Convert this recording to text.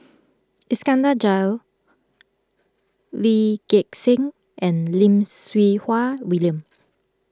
Iskandar Jalil Lee Gek Seng and Lim Siew Wai William